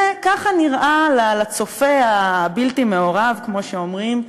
ככה נראה לצופה הבלתי-מעורב, כמו שאומרים,